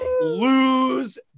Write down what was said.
lose